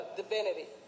divinity